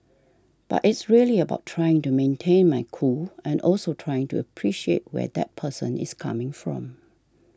but it's really about trying to maintain my cool and also trying to appreciate where that person is coming from